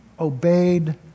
obeyed